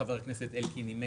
חבר הכנסת אלקין נימק.